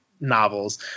novels